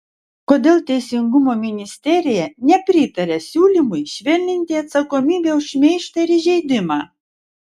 kodėl teisingumo ministerija nepritaria siūlymui švelninti atsakomybę už šmeižtą ir įžeidimą